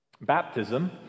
Baptism